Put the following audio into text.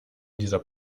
dieser